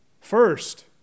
First